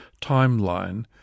timeline